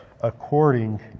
according